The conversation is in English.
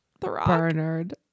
Bernard